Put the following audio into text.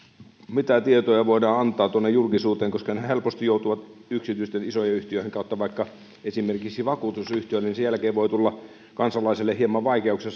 mitä tietoja voidaan antaa tuonne julkisuuteen koska nehän helposti joutuvat yksityisten isojen yhtiöiden kautta esimerkiksi vakuutusyhtiöihin ja sen jälkeen voi tulla kansalaiselle hieman vaikeuksia